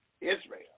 Israel